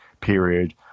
period